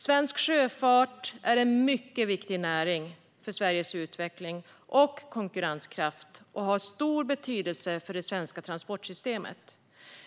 Svensk sjöfart är en mycket viktig näring för Sveriges utveckling och konkurrenskraft, och den har stor betydelse för det svenska transportsystemet.